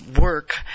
work